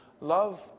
Love